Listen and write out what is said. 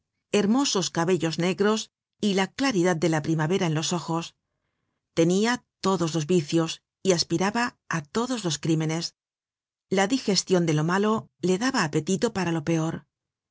hermosos cabe líos negros y la claridad de la primavera en los ojos tenia todos los vicios y aspiraba á todos los crímenes la digestion de lo malo le daba apetito para lo peor